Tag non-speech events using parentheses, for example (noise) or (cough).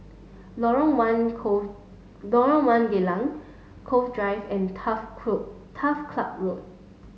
Lorong one (unintelligible) Lorong one Geylang Cove Drive and Turf (unintelligible) Turf Club Road